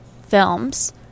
films